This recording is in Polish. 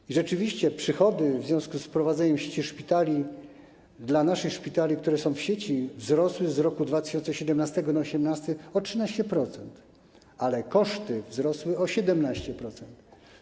I rzeczywiście przychody w związku wprowadzeniem sieci szpitali, dla naszych szpitali, które są w sieci, wzrosły z roku 2017 na 2018 o 13%, ale koszty wzrosły o 17%.